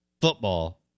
football